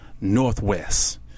northwest